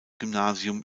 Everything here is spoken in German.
gymnasium